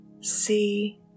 See